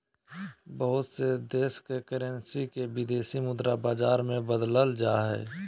बहुत से देश के करेंसी के विदेशी मुद्रा बाजार मे बदलल जा हय